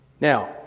Now